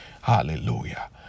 hallelujah